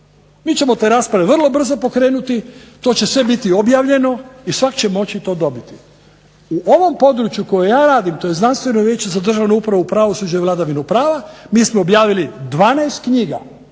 Mi ćemo te rasprave vrlo brzo pokrenuti, to će sve biti objavljeno i svak' će moći to dobiti. U ovom području koje ja radim, to je Znanstveno vijeće za državnu upravu, pravosuđe i vladavinu prava, mi smo objavili 12 knjiga